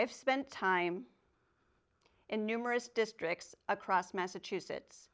have spent time in numerous districts across massachusetts